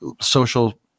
social